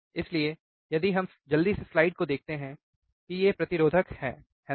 इसलिए यदि हम जल्दी से स्लाइड को देखते हैं कि ये प्रतिरोधक हैं है ना